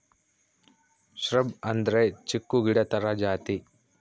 shrub ಅಂದ್ರೆ ಚಿಕ್ಕು ಗಿಡ ತರ ಜಾತಿ